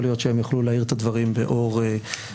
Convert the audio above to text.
להיות שהם יוכלו להאיר את הדברים באור שונה,